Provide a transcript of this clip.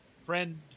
friend